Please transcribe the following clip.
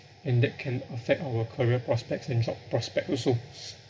and that can affect our career prospects and job prospect also